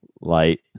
Light